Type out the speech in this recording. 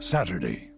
Saturday